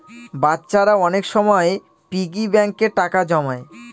বাচ্চারা অনেক সময় পিগি ব্যাঙ্কে টাকা জমায়